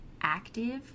active